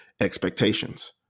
expectations